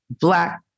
black